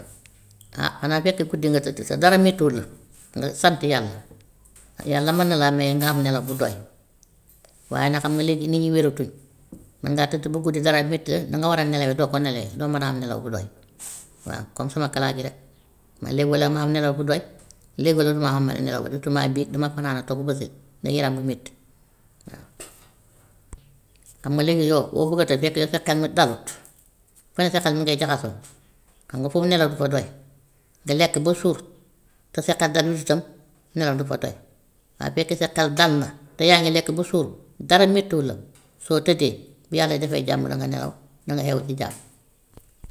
ah xanaa fekk guddi nga tëdd sa dara mettiwut la nga sant yàlla, ndax yàlla mën na laa may nga am nelaw bu doy. Waaye nag xam nga léegi nit ñi wératuñ, mën ngaa tëdd ba guddi dara metti la na nga war a nelawee doo ko nelawee, doo mën a am nelaw bu doy waaw comme su ma kalaas gi rek, man léegi walla ma am nelaw bu doy léegi rek du ma am nelaw surtoutment biig dama fanaan a toog ba bët set ndax yaram buy metti. xam nga léegi yow boo bugg a tëdd fekk yow sa xel mi dalut fu ne sa xel mu ngay jaxasoo xam nga foofu nelaw du fa doy. Di lekk ba suur te sa xel dalut itam nelaw du fa doy, waaye su fekkee sa xel dal na te yaa ngi lekk ba suur dara mettiwua soo tëddee bu yàlla defee jàmm danga nelaw danga xeewu ci jàmm.